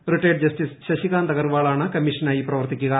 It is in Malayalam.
റിട്ടയേർഡ് ജസ്റ്റിസ് ശശി കാന്ത് അഗർവാളാണ് കമ്മീഷനായി പ്രവർത്തിിക്കുക